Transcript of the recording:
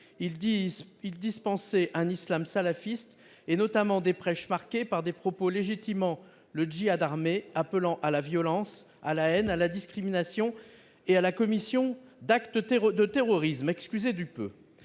il dispensait un islam salafiste, notamment des prêches marqués par des propos légitimant le djihad armé, appelant à la violence, à la haine, à la discrimination et à la commission d'actes de terrorisme- excusez du peu